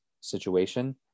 situation